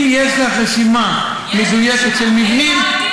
אם יש לך רשימה מדויקת של מבנים,